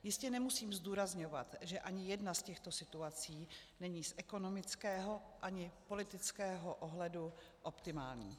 Jistě nemusím zdůrazňovat, že ani jedna z těchto situací není z ekonomického ani politického ohledu optimální.